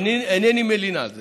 אינני מלין על זה.